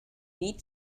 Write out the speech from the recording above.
need